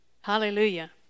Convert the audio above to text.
hallelujah